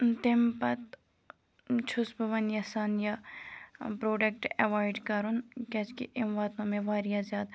تمہِ پَتہٕ چھُس بہٕ وَنہِ یَژھان یہِ پرٛوڈَکٹ اٮ۪وایِڈ کَرُن کیٛازِکہِ أمۍ واتنو مےٚ واریاہ زیادٕ